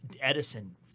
Edison